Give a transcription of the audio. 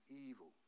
evil